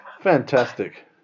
Fantastic